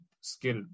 skill